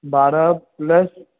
बारहं प्लस